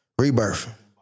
Rebirth